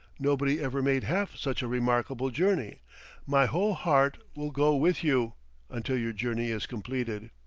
nobody ever made half such a remarkable journey my whole heart will go with you until your journey is completed.